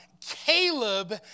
Caleb